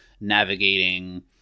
navigating